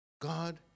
God